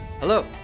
Hello